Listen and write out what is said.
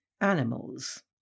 Animals